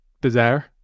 bizarre